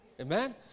Amen